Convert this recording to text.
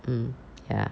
um ya